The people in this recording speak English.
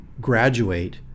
graduate